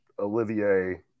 Olivier